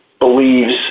believes